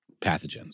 pathogens